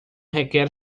requer